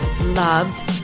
loved